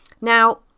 Now